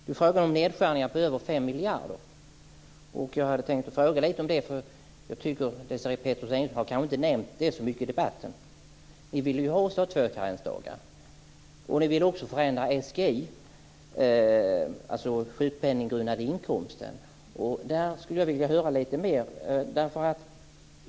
Det är fråga om nedskärningar på över 5 miljarder. Jag tänkte fråga lite om det, för Desirée Pethrus Engström har inte nämnt så mycket om det i debatten. Ni vill ju också ha två karensdagar. Ni vill också förändra SGI:n, dvs. den sjukpenninggrundande inkomsten. Där skulle jag vilja höra lite mer.